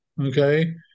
okay